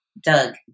Doug